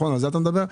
על זה אתה מדבר?